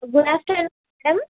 good afternoon madam